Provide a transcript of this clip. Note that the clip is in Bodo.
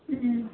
उम